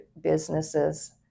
businesses